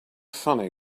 funny